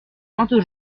maintes